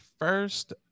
First